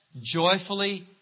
joyfully